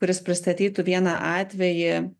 kuris pristatytų vieną atvejį